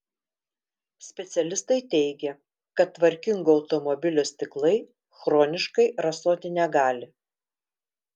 specialistai teigia kad tvarkingo automobilio stiklai chroniškai rasoti negali